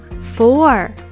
four